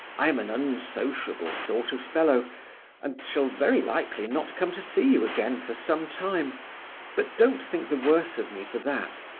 i am an unsociable sort of fellow and shall very likely not come to see you again for some time but don't think the worse of me for that.